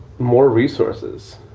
more resources,